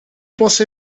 posso